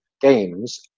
games